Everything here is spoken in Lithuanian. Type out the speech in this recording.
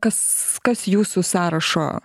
kas kas jūsų sąrašo